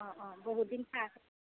অঁ অঁ বহুত দিন খা খবৰ